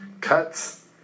cuts